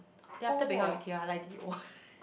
then after Baek-Hyun with Tae-Yeon I like D_O